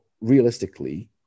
realistically